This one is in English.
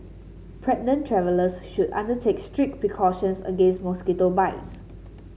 pregnant travellers should undertake strict precautions against mosquito bites